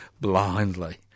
blindly